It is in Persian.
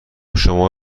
شما